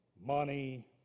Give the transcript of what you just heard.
Money